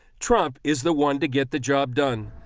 trump is the one to get the job done.